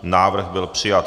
Návrh byl přijat.